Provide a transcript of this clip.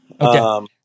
Okay